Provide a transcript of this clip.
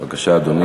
בבקשה, אדוני.